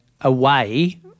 away